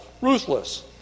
ruthless